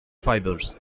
fibers